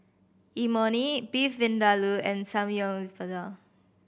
Imoni Beef Vindaloo and